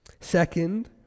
Second